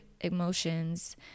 emotions